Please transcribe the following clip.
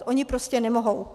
Oni prostě nemohou.